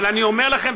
אבל אני אומר לכם,